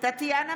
טטיאנה